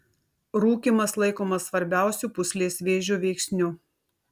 rūkymas laikomas svarbiausiu pūslės vėžio veiksniu